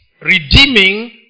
redeeming